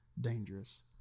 dangerous